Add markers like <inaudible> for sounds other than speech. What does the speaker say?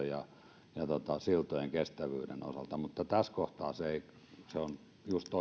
<unintelligible> ja siltojen kestävyyden osalta mutta tässä kohtaa se on just <unintelligible>